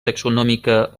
taxonòmica